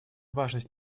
важность